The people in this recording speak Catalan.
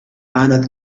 anat